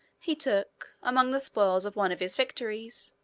he took, among the spoils of one of his victories,